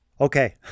Okay